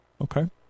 Okay